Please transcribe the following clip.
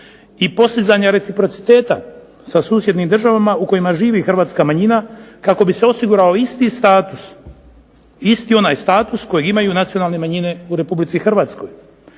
i postizanja reciprociteta sa susjednim državama u kojima živi hrvatska manjina kako bi se osigurao isti status, isti onaj status koji imaju nacionalne manjine u Republici Hrvatskoj.